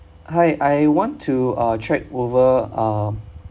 hi I want to uh check over uh